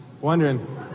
wondering